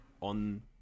on